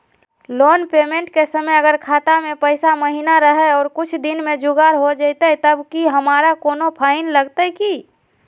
Loan payment के समय अगर खाता में पैसा महिना रहै और कुछ दिन में जुगाड़ हो जयतय तब की हमारा कोनो फाइन लगतय की?